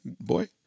Boy